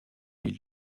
ville